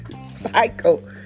cycle